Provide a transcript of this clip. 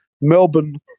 Melbourne